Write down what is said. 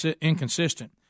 inconsistent